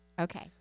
Okay